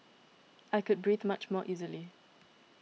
I could breathe much more easily